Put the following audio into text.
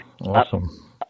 awesome